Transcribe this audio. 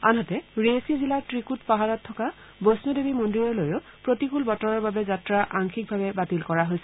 আনহাতে ৰিয়েচি জিলাৰ ত্ৰিকূট পাহাৰত থকা বৈষ্ণুদেৱী মন্দিৰলৈও প্ৰতিকূল বতৰৰ বাবে যাত্ৰা আংশিকভাৱে বাতিল কৰা হৈছে